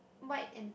white and blue